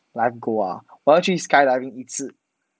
life goal ah 我要去 skydiving 一次